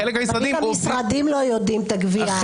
חלק מהמשרדים --- לפעמים המשרדים לא יודעים את הגבייה.